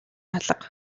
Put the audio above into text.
алга